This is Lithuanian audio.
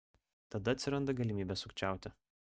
tada atsiranda galimybė sukčiauti